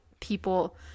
people